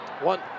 One